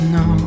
no